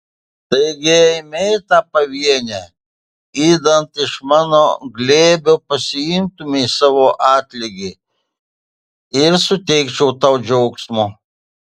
taigi eime į tą pavėnę idant iš mano glėbio pasiimtumei savo atlygį ir suteikčiau tau džiaugsmo